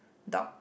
dog